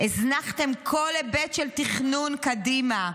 הזנחתם כל היבט של תכנון קדימה.